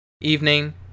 evening